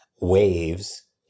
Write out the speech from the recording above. waves